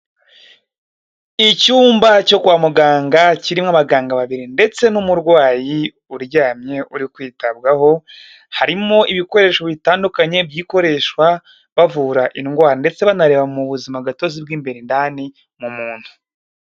Icyumba cyo kwa muganga kirimo abaganga babiri ndetse n'umurwayi uryamye uri kwitabwaho harimo ibikoresho bitandukanye by'ikoreshwa bavura indwara ndetse banareba mu buzima gatozi bw'imberedani mu muntu.